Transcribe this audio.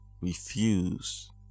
refuse